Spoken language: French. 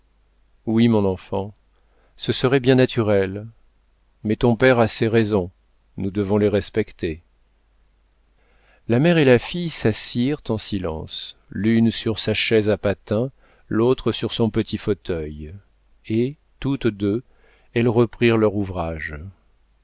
oui mon enfant ce serait bien naturel mais ton père a ses raisons nous devons les respecter la mère et la fille s'assirent en silence l'une sur sa chaise à patins l'autre sur son petit fauteuil et toutes deux elles reprirent leur ouvrage